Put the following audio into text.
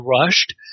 rushed